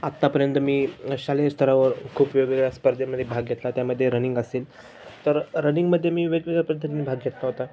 आत्तापर्यंत मी शालेय स्तरावर खूप वेगवेगळ्या स्पर्धेमध्ये भाग घेतला त्यामध्ये रनिंग असेल तर रनिंगमध्ये मी वेगवेगळ्या पद्धतींनी भाग घेतला होता